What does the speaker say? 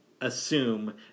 assume